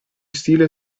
stile